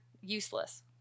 useless